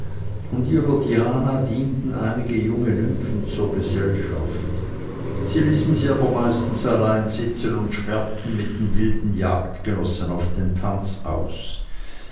und ihrer diana dienten einige junge nymphen zur gesellschaft sie ließen sie aber meistens allein sitzen und schwärrnten mit den wilden jagdgenossen auf den tanz aus